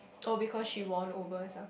oh because she won over herself